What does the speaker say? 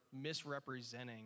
misrepresenting